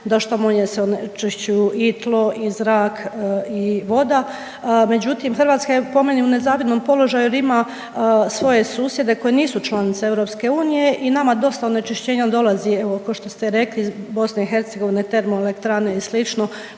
da što manje se onečišćuju i tlo i zrak i voda, a međutim, Hrvatska je po meni u nezavidnom položaju jer ima svoje susjede koje nisu članice EU i nama dosta onečišćenja dolazi, evo, kao što ste rekli iz BiH, termoelektrane i